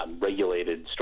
regulated